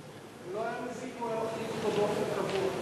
(השגה וערר על דרישה לתשלום חיוב מוגדל),